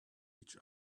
each